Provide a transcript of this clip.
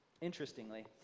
Interestingly